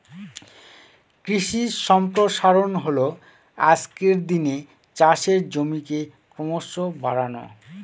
কৃষি সম্প্রসারণ হল আজকের দিনে চাষের জমিকে ক্রমশ বাড়ানো